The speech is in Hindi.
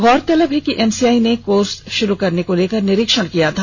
गौरतलब है कि एमसीआइ ने कोर्स शुरू करने को लेकर निरीक्षण किया था